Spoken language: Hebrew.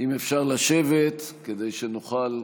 אם אפשר לשבת, כדי שנוכל,